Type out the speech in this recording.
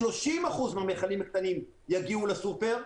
אלא 30% מהמכלים הקטנים יגיעו לסופרמרקט,